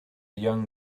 young